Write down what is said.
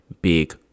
big